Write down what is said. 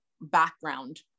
background